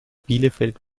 bielefeld